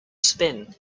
spin